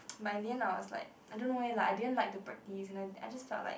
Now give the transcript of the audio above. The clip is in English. but in the end I was like I don't know eh I didn't like to practice and I I just felt like